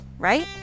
Right